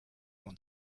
want